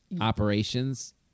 operations